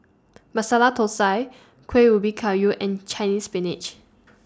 Masala Thosai Kueh Ubi Kayu and Chinese Spinach